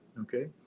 Okay